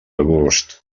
gust